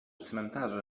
cmentarze